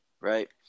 right